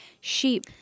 sheep